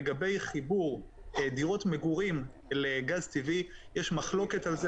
לגבי חיבור דירות מגורים לגז טבעי יש מחלוקת על זה,